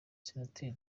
senateri